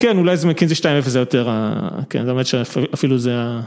כן אולי זה מקינזי 2.0 זה יותר, אפילו זה.